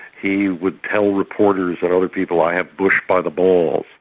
he would tell reporters and other people, i have bush by the balls.